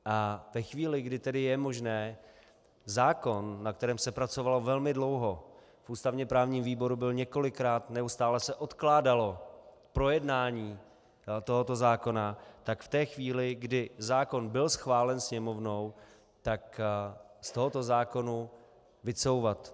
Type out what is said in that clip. A ve chvíli, kdy tedy je možné zákon, na kterém se pracovalo velmi dlouho, v ústavněprávním výboru byl několikrát, neustále se odkládalo projednání tohoto zákona, tak v té chvíli, kdy zákon byl schválen Sněmovnou, tak z tohoto zákona vycouvat.